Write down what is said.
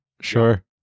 sure